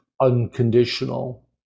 unconditional